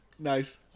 Nice